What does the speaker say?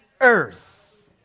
earth